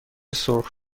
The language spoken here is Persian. سرخ